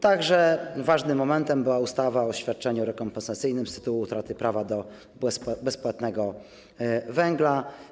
Także ważnym momentem była ustawa o świadczeniu rekompensacyjnym z tytułu utraty prawa do bezpłatnego węgla.